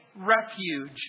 refuge